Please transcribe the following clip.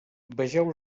vegeu